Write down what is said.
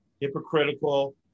hypocritical